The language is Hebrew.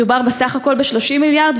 מדובר בסך הכול ב-30 מיליארד,